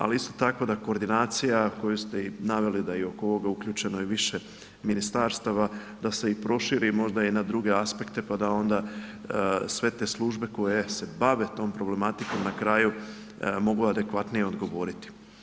Ali isto tako da i koordinacija koju ste naveli da je oko ovoga uključeno više ministarstava da se proširi možda i na druge aspekte pa da onda sve te službe koje se bave tom problematikom na kraju mogu adekvatnije odgovoriti.